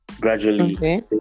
gradually